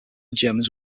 germans